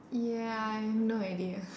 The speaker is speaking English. ya I have no idea